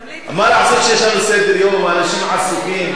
מה לעשות שיש לנו סדר-יום ואנשים עסוקים.